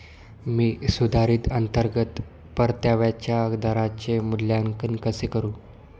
मी सुधारित अंतर्गत परताव्याच्या दराचे मूल्यांकन कसे करू?